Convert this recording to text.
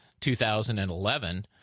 2011